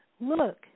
Look